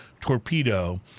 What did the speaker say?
torpedo